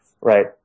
Right